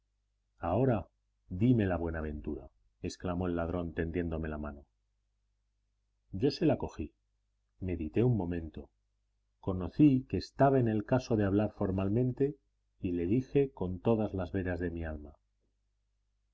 ahora dime la buenaventura exclamó el ladrón tendiéndome la mano yo se la cogí medité un momento conocí que estaba en el caso de hablar formalmente y le dije con todas las veras de mi alma